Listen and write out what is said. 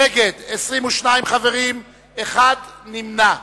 נגד, 22 חברים, נמנע אחד.